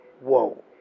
Whoa